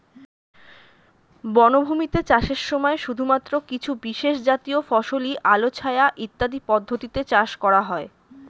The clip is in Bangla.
বনভূমিতে চাষের সময় শুধুমাত্র কিছু বিশেষজাতীয় ফসলই আলো ছায়া ইত্যাদি পদ্ধতিতে চাষ করা হয়